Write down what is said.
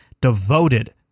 devoted